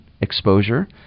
exposure